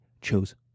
chose